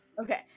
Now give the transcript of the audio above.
okay